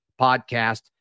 podcast